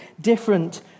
different